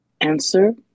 answer